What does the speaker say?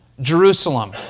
Jerusalem